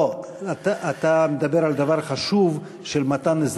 לא, אתה מדבר על דבר חשוב של מתן אזרחות.